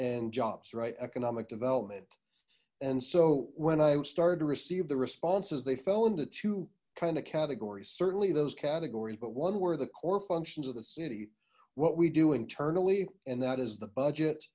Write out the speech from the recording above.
and jobs right economic development and so when i'm starting to receive the responses they fell into two kind of categories certainly those categories but one were the core functions of the city what we do internally and that is the budget